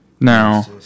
Now